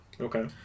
Okay